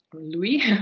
Louis